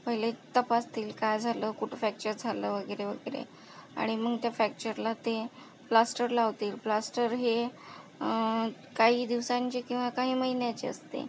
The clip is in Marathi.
पहिले तपासतील काय झालं कुठं फॅक्चर झालं वगैरे वगैरे आणि मग त्या फॅक्चरला ते प्लास्टर लावतील प्लास्टर हे काही दिवसांचे किंवा काही महिन्याचे असते